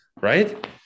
right